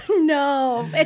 No